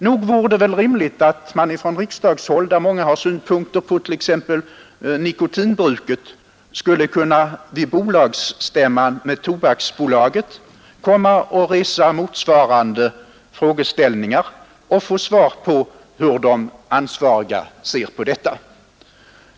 Nog vore det väl rimligt att man från riksdagshåll, där många har synpunkter på nikotinbruket, skulle kunna resa motsvarande frågeställningar vid bolagsstämman med Tobaksbolaget och få svar på hur de ansvariga ser på detta.